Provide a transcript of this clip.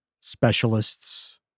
specialists